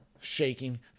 shaking